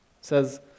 says